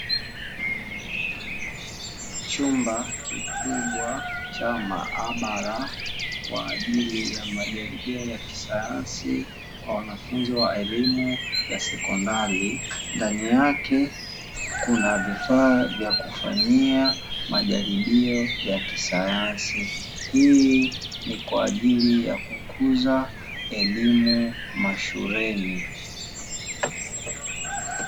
Chumba kiubwa cha maabara kwa ajili ya majaribio ya kisayansi kwa wanafunzi wa elimu ya sekeondari. Ndani yake kuna vifaa vya kufanyia majaribio ya kisayansi. Hii ni kwa ajili ya kukuza elimu mashuleni.